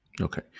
Okay